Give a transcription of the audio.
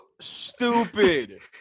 stupid